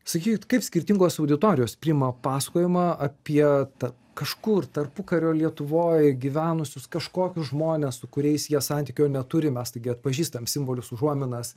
sakykit kaip skirtingos auditorijos priima pasakojimą apie tą kažkur tarpukario lietuvoj gyvenusius kažkokius žmones su kuriais jie santykio neturi mes taigi atpažįstam simbolius užuominas